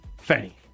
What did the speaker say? Fanny